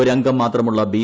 ഒരു അംഗം മാത്രമുള്ള ബി